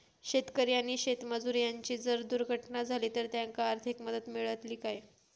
शेतकरी आणि शेतमजूर यांची जर दुर्घटना झाली तर त्यांका आर्थिक मदत मिळतली काय?